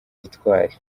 gitwari